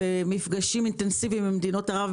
ומפגשים אינטנסיביים עם מדינות ערב,